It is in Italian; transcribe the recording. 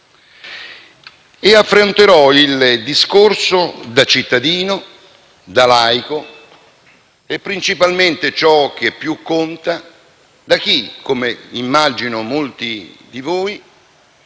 Affronterò dunque il discorso da cittadino, da laico, e principalmente - ciò che più conta - da chi, come immagino molti di voi,